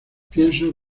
pienso